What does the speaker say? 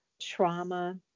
trauma